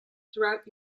throughout